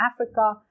Africa